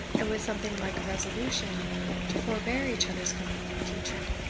and with something like a resolution to forbear each other's company in future